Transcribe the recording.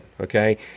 okay